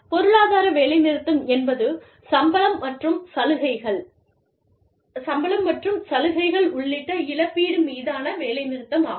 பொருளாதார வேலைநிறுத்தம் என்பது சம்பளம் மற்றும் சலுகைகள் உள்ளிட்ட இழப்பீடு மீதான வேலைநிறுத்தம் ஆகும்